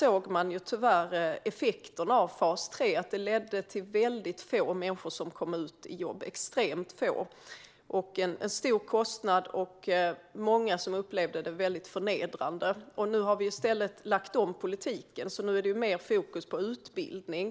Effekterna av fas 3 var att extremt få människor kom ut i jobb, att det var en stor kostnad och att många upplevde fas 3 som väldigt förnedrande. Nu har vi lagt om politiken, så nu är det mer fokus på utbildning.